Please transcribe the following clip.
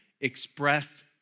Expressed